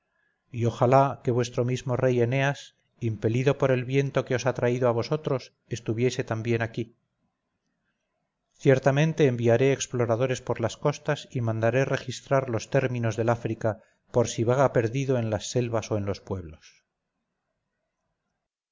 y ojalá que vuestro mismo rey eneas impelido por el viento que os ha traído a vosotros estuviese también aquí ciertamente enviaré exploradores por las costas y mandaré registrar los términos del áfrica por si vaga perdido en las selvas o en los pueblos